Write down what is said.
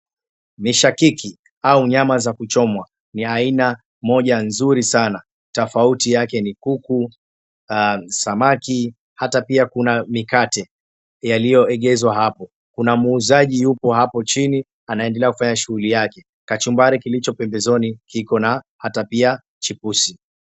Mishakiki au nyama za kuchomwa ni aina moja nzuri saana tofauti yake ni kuku, samaki hata pia kuna mikate yaliyoegezwa hapo. Kuna muuzaji yuko hapo chini anaendelea kufanya shughuli yake. Kachumbari kilicho pembezoni kiko na hata pia chipusi.